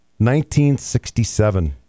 1967